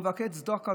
וביקש: צדקה,